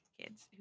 kids